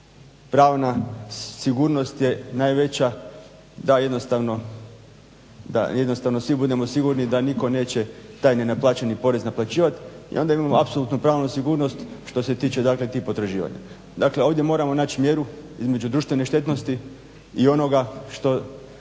Pravo na sigurnost je najveća da jednostavno svi budemo sigurni da nitko neće taj nenaplaćeni porez naplaćivati i onda imamo apsolutno pravo na sigurnost što se tiče dakle tih potraživanja. Dakle ovdje moramo naći mjeru između društvene štetnosti i onoga što